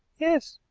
yes.